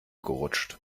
gerutscht